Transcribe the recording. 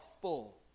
full